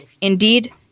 Indeed